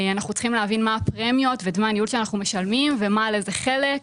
אנחנו צריכים להבין מה הפרמיות ודמי הניהול שאנחנו משלמים ועל איזה חלק.